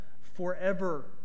forever